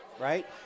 right